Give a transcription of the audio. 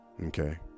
Okay